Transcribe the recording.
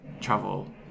travel